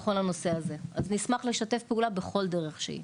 בכל הנושא הזה, אז נשמח לשתף פעולה בכל דרך שהיא.